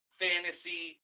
fantasy